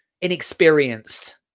inexperienced